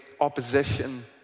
opposition